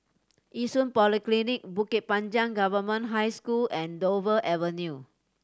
Yishun Polyclinic Bukit Panjang Government High School and Dover Avenue